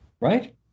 Right